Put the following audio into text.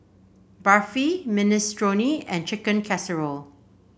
Barfi Minestrone and Chicken Casserole